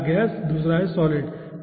पहला है गैस और दूसरा है सॉलिड